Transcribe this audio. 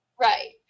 right